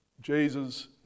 Jesus